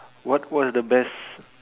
what what's the best